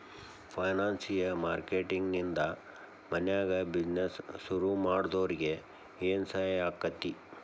ಫೈನಾನ್ಸಿಯ marketing ನಿಂದಾ ಮನ್ಯಾಗ್ business ಶುರುಮಾಡ್ದೊರಿಗೆ ಏನ್ಸಹಾಯಾಕ್ಕಾತಿ?